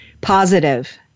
positive